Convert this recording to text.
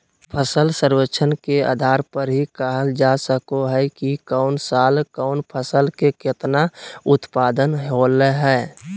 फसल सर्वेक्षण के आधार पर ही कहल जा सको हय कि कौन साल कौन फसल के केतना उत्पादन होलय हें